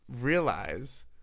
realize